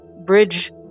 bridge